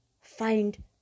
Find